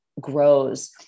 grows